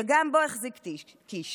שגם בו החזיק קיש.